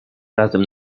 razem